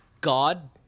God